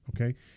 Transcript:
Okay